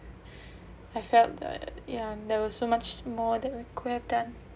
I felt that yeah there was so much more than we could have done